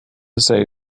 say